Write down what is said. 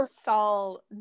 Saul